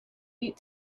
eat